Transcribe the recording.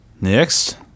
Next